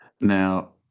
Now